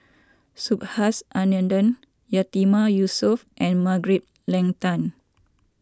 Subhas Anandan Yatiman Yusof and Margaret Leng Tan